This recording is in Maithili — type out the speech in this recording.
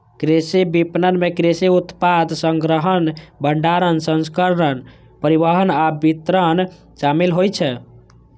कृषि विपणन मे कृषि उत्पाद संग्रहण, भंडारण, प्रसंस्करण, परिवहन आ वितरण शामिल होइ छै